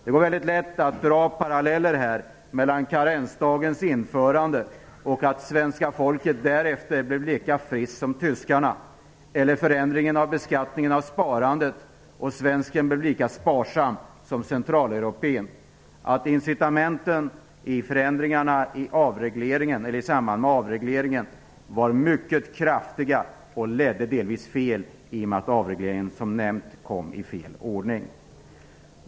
Det går mycket lätt att här dra paralleller till karensdagens införande och det förhållandet att svenska folket därefter blev lika friskt som tyskarna eller till förändringen av beskattningen av sparandet, som gjorde att svensken blev lika sparsam som centraleuropén. Incitamenten i förändringarna i samband med avregleringen var mycket kraftiga och ledde delvis fel genom att avregleringen, som nämnt, kom i fel ordning.